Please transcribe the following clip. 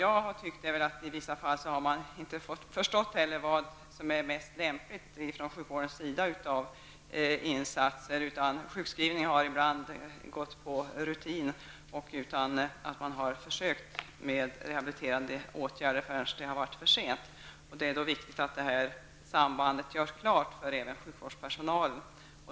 Jag tycker att man vissa fall från sjukvårdens sida inte har förstått vilka insatser som är mest lämpliga, utan sjukvskrivning har ibland gått på rutin och utan att man har försökt med rehabiliterande åtgärder innan det har varit för sent. Det är viktigt att sambandet också görs klart för sjukvårdspersonalen.